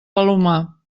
palomar